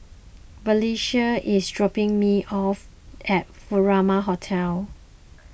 Valencia is dropping me off at Furama Hotel